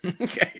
okay